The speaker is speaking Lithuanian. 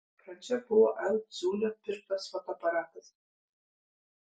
pradžia buvo l ciūnio pirktas fotoaparatas